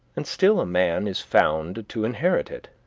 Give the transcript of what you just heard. and still a man is found to inherit it,